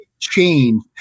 change